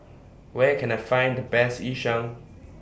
Where Can I Find The Best Yu Sheng